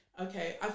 Okay